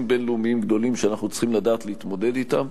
בין-לאומיים גדולים שאנחנו צריכים לדעת להתמודד אתם,